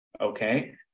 okay